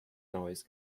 neues